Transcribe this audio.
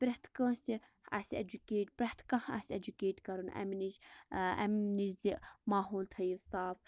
پرٛتھ کٲنٛسہِ آسہِ ایٚجُوکیٹ پرٛتھ کانٛہہ آسہِ ایٚجُوکیٹ کَرُن اَمہِ نِش اَمہِ نِش زِ ماحول تھٲوِو صاف